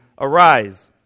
Arise